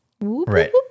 Right